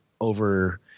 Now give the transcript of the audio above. over